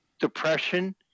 depression